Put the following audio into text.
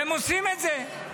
והם עושים את זה.